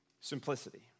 Simplicity